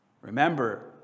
Remember